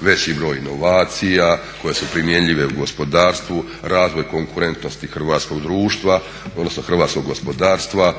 veći broj inovacija koje su primjenjive u gospodarstvu, razvoj konkurentnosti hrvatskog društva, odnosno hrvatskog gospodarstva,